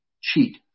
cheat